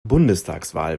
bundestagswahl